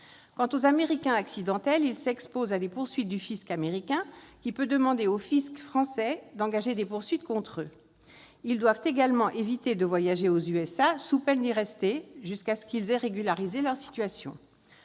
Quant aux « Américains accidentels », ils s'exposent à des poursuites du fisc américain, qui peut demander au fisc français d'engager des poursuites contre eux. Ils doivent également éviter de voyager aux États-Unis, sous peine de devoir y rester ... jusqu'à ce qu'ils aient régularisé leur situation.